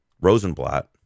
Rosenblatt